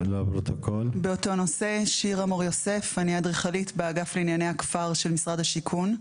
אני אדריכלית באגף לענייני הכפר של משרד השיכון.